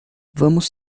vamos